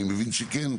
אני מבין שכן,